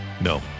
No